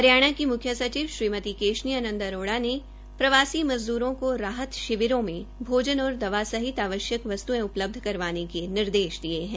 हरियाणा की मुख्य सचिव श्रीमती केशनी आनंद अरोड़ा ने प्रवासी मज़द्रों को राहत शिविरों में भोजन और दवा सहित आवश्यक वसत्यें उपलबध करवाने के निर्देश दिये है